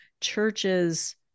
churches